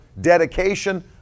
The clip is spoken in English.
dedication